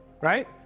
right